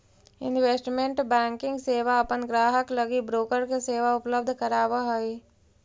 investment banking सेवा अपन ग्राहक लगी ब्रोकर के सेवा उपलब्ध करावऽ हइ